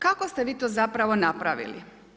Kako ste vi to zapravo napravili?